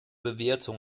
bewertung